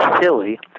silly